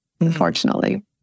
unfortunately